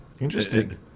Interesting